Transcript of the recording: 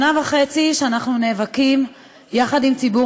שנה וחצי שאנחנו נאבקים יחד עם ציבור